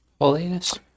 Holiness